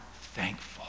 thankful